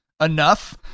enough